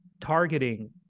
targeting